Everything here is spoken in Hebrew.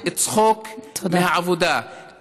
זה צחוק מהעבודה.